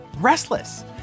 restless